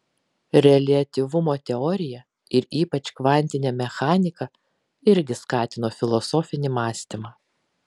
reliatyvumo teorija ir ypač kvantinė mechanika irgi skatino filosofinį mąstymą